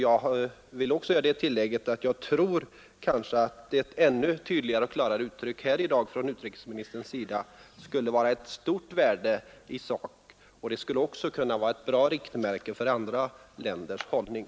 Jag vill tillägga att jag tror att ett ännu klarare besked i dag från utrikesministerns sida skulle vara av stort värde i sak och utgöra ett bra riktmärke för andra länders hållning.